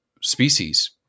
species